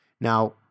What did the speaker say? Now